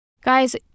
Guys